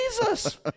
Jesus